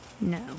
No